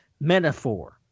metaphor